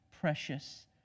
precious